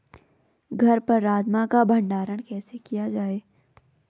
घर पर राजमा का भण्डारण कैसे किया जाय?